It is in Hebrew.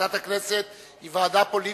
ועדת הכנסת היא ועדה פוליטית,